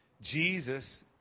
Jesus